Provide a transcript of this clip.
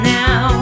now